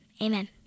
amen